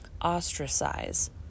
ostracize